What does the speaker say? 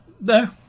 no